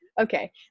okay